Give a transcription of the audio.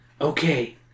Okay